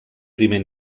primer